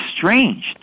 strange